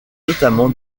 notamment